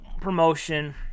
promotion